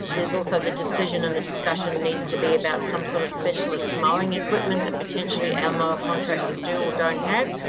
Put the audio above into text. there's also the decision and the discussion needs to be about some sort of specialist mowing equipment that potentially our mower contractors do or don't have.